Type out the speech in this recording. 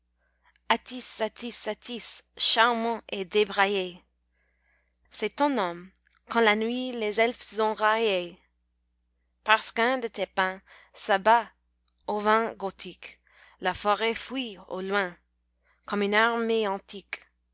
attys attys charmant et débraillé c'est ton nom qu'en la nuit les elfes ont raillé parce qu'un de tes pins s'abat au vent gothique la forêt fuit au loin comme une armée antique